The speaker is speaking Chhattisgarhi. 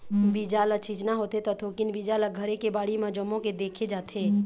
बीजा ल छिचना होथे त थोकिन बीजा ल घरे के बाड़ी म जमो के देखे जाथे